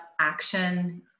action